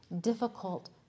difficult